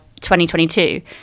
2022